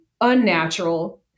unnatural